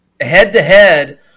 Head-to-head